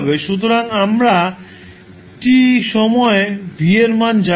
সুতরাং আমরা t সময়ে v এর মান জানি